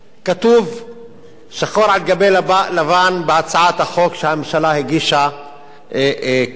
כתוב שחור על גבי לבן בהצעת החוק שהממשלה הגישה כאן.